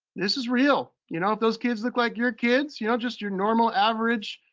this is real. you know, if those kids look like your kids, you know, just your normal, average